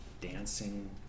dancing